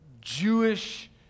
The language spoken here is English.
Jewish